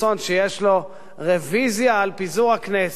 שיש לו רוויזיה על פיזור הכנסת,